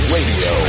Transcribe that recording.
Radio